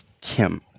Kim